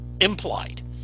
implied